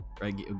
right